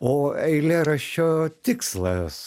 o eilėraščio tikslas